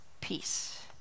peace